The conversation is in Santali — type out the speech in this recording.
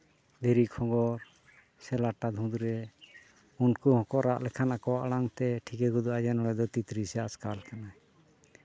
ᱫᱷᱤᱨᱤ ᱜᱷᱚᱸᱜᱷᱚᱨ ᱥᱮ ᱞᱟᱴᱟ ᱩᱱᱠᱩ ᱦᱚᱸᱠᱚ ᱨᱟᱜ ᱞᱮᱠᱷᱟᱱ ᱟᱠᱚᱣᱟᱜ ᱟᱲᱟᱝᱛᱮ ᱴᱷᱤᱠᱟᱹ ᱜᱚᱫᱚᱜᱼᱟ ᱡᱮ ᱱᱚᱸᱰᱮ ᱫᱚ ᱛᱤᱛᱨᱤ ᱥᱮ ᱯᱟᱥᱠᱟᱞ ᱠᱟᱱᱟᱭ